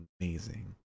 amazing